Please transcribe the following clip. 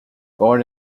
born